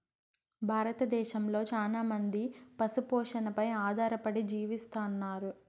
భారతదేశంలో చానా మంది పశు పోషణపై ఆధారపడి జీవిస్తన్నారు